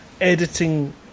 editing